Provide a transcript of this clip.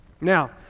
Now